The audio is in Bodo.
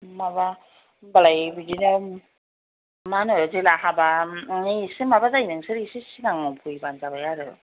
माबा होमब्लाय बिदिनो मा होनो जेला हाबा माने एसे माबा जायो नोंसोरो एसे सिगां फैब्लानो जाबाय आरो